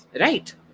right